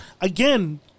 again